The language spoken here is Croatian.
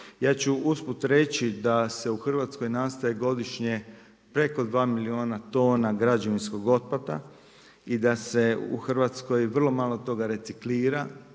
Ja ću usput reći da se u Hrvatskoj nastaje godišnje preko dva milijuna tona građevinskog otpada i da se u Hrvatskoj vrlo malo toga reciklira.